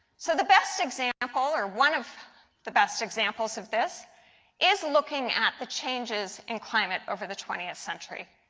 so the best example or one of the best examples of this is looking at the changes in climate over the twentieth century.